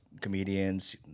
comedians